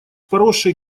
поросшей